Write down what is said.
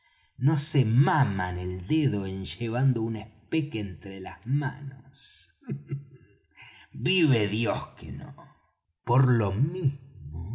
no se maman el dedo en llevando un espeque entre las manos vive dios que no por lo mismo